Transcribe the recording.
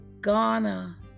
Ghana